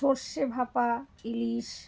সর্ষে ভাপা ইলিশ